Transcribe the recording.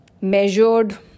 measured